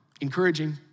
Encouraging